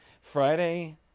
Friday